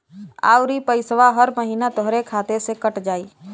आउर इ पइसवा हर महीना तोहरे खाते से कट जाई